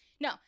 no